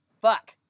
fuck